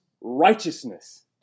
righteousness